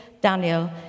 Daniel